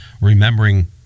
remembering